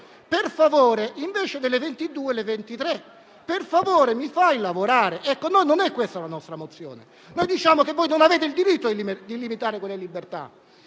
per favore, invece delle ore 22, si facciano le 23; per favore, mi fai lavorare? Ecco, non è questa la nostra mozione: diciamo che non avete il diritto di limitare quelle libertà.